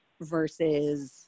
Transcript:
Versus